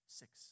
six